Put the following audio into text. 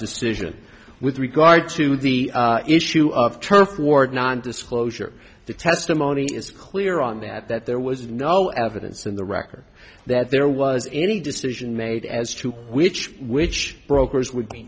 decision with regard to the issue of turf war and non disclosure the testimony is clear on that that there was no evidence in the record that there was any decision made as to which which brokers would be